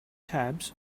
tabs